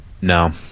No